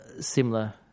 Similar